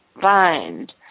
find